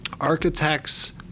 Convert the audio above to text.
architects